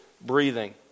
breathing